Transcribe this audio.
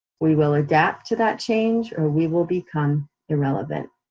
we will adapt to that change, or we will become irrelevant.